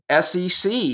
SEC